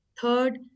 Third